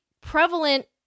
prevalent